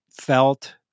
felt